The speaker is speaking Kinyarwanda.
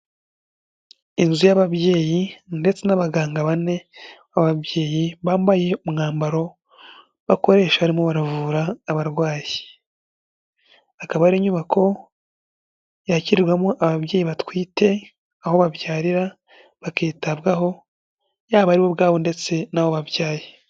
Inzu y'ababyeyi ndetse n'abaganga bane b'ababyeyi bambaye umwambaro bakoresha barimo baravura abarwayi. Akaba ari inyubako yakirirwamo ababyeyi batwite, aho babyarira bakitabwaho, yaba ari bo ubwabo ndetse n'abo babyaye.